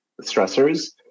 stressors